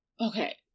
okay